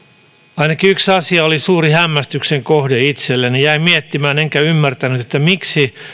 ainakin yksi asia oli suuri hämmästyksen kohde itselläni jäin miettimään enkä ymmärtänyt miksi